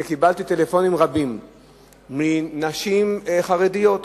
שקיבלתי טלפונים רבים מנשים חרדיות,